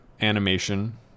animation